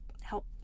help